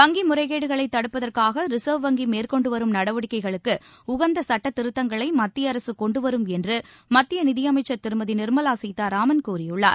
வங்கி முறைகேடுகளைத் தடுப்பதற்காக ரிசர்வ் வங்கி மேற்கொண்டு வரும் நடவடிக்கைகளுக்கு உகந்த சட்டத்திருத்தங்களை மத்திய அரசு கொண்டு வரும் என்று மத்திய நிதியமைச்சர் திருமதி நீர்மலா சீதாராமன் கூறியுள்ளார்